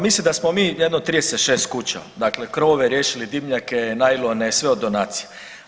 Mislim da smo mi jedno 36 kuća, dakle krovove riješili, dimnjake, najlone sve od donacije.